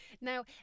Now